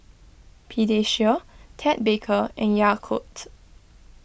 Pediasure Ted Baker and Yakult